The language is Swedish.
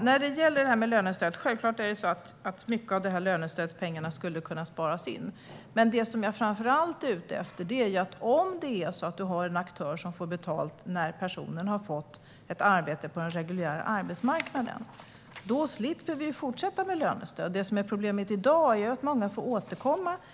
Fru talman! Självklart skulle mycket av lönestödspengarna kunna sparas in. Men det jag framför allt är ute efter är: Om en aktör får betalt först efter att en person fått ett arbete på den reguljära arbetsmarknaden slipper vi ju fortsätta med lönestöd. Problemet i dag är att många får återkomma.